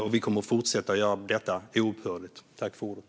Och vi kommer att fortsätta göra det, oupphörligt.